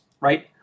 right